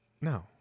No